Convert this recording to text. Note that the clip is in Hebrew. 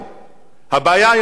הבעיה היותר חמורה,